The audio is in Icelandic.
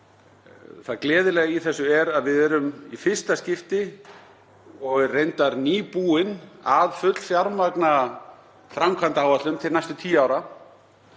Það gleðilega í þessu er að við erum í fyrsta skipti, og er reyndar nýbúið, að fullfjármagna framkvæmdaáætlun til næstu tíu ára.